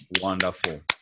Wonderful